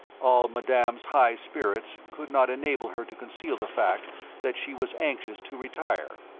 all madame's high spirits could not enable her to conceal the fact that she was anxious to retire.